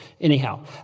anyhow